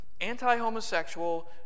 anti-homosexual